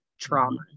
trauma